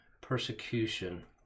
persecution